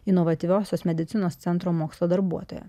inovatyviosios medicinos centro mokslo darbuotoja